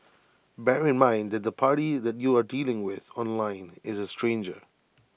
bear in mind that the party that you are dealing with online is A stranger